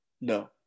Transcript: No